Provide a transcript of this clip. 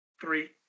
Three